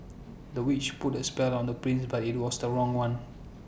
the witch put A spell on the prince but IT was the wrong one